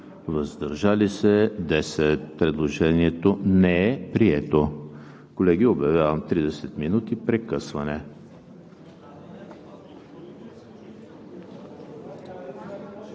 въздържали се 10. Предложението не е прието. Колеги, обявявам 30 минути прекъсване.